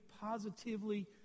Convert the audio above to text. positively